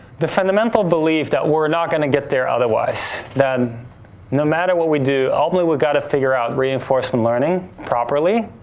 the fundamental belief that we're not gonna get there otherwise that no matter what we do ultimately we gotta figure out reinforcement learning, properly,